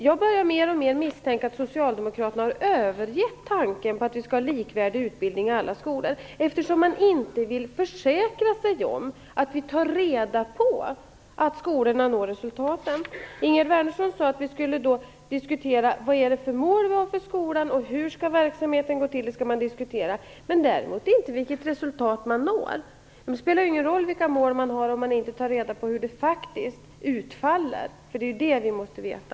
Jag börjar mer och mer misstänka att Socialdemokraterna har övergett tanken på att vi skall ha likvärdig utbildning i alla skolor, eftersom man inte vill försäkra sig om att vi tar reda på att skolorna når resultaten. Ingegerd Wärnersson sade att vi skulle diskutera vad det är för mål vi har för skolan och hur verksamheten skall gå till. Det skall vi diskutera, men däremot inte vilket resultat som nås. Det spelar ingen roll vilka mål man har om man inte tar reda på hur det faktiskt utfaller. Det är ju det vi måste veta.